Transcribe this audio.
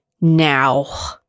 now